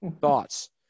Thoughts